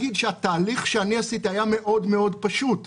התהליך שאני עשיתי היה פשוט מאוד,